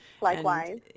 likewise